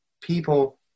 people